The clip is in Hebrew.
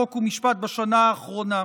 חוק ומשפט בשנה האחרונה.